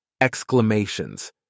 exclamations